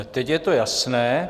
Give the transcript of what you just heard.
Teď je to jasné.